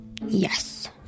Yes